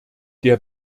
der